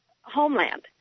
homeland